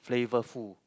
flavorful